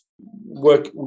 work